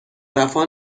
وفا